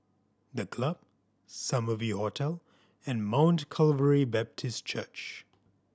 The Club Summer View Hotel and Mount Calvary Baptist Church